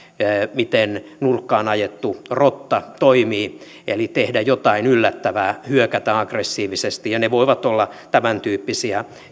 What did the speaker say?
miten nurkkaan ajettu rotta toimii eli tehdään jotain yllättävää hyökätään aggressiivisesti ne voivat olla tämäntyyppisiä